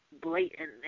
blatant